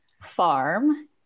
farm